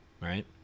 right